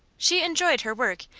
she enjoyed her work,